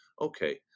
okay